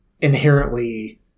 inherently